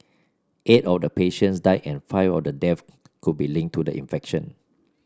eight of the patients died and five of the deaths could be linked to the infection